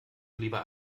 lieber